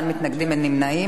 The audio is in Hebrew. אין מתנגדים ואין נמנעים.